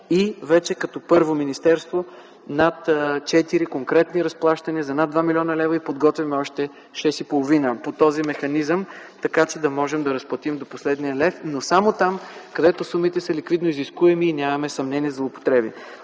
Вече като първо министерство имаме над четири разплащания за над 2 млн. лв. и подготвяме още 6,5 по този механизъм, така че да можем да разплатим до последния лев, но само там, където сумите са ликвидно изискуеми и нямаме съмнения за злоупотреби.